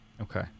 Okay